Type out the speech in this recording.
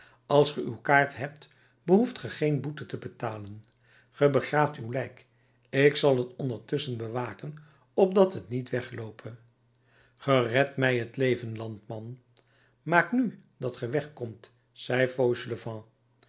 als ge uw kaart hebt behoeft ge geen boete te betalen ge begraaft uw lijk ik zal het ondertusschen bewaken opdat het niet wegloope ge redt mij t leven landman maak nu dat ge weg